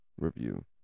review